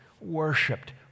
worshipped